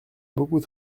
beaucoup